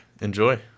enjoy